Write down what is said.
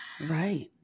Right